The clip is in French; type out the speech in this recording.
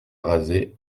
rasé